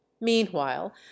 meanwhile